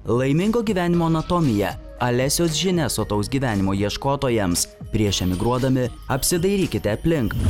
laimingo gyvenimo anatomija alesijos žinias sotaus gyvenimo ieškotojams prieš emigruodami apsidairykite aplink